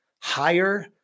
higher